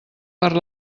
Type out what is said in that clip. per